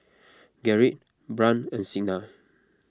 Gerrit Brant and Signa